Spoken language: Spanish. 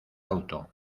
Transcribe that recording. auto